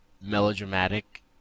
melodramatic